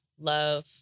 love